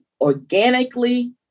organically